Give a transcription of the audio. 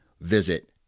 visit